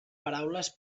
paraules